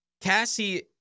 cassie